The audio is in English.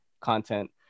content